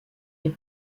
est